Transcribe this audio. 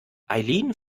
eileen